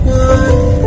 one